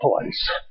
place